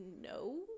no